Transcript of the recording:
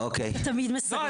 אתה תמיד מסרב.